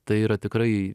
tai yra tikrai